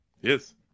Yes